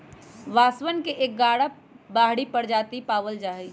बांसवन के ग्यारह बाहरी प्रजाति पावल जाहई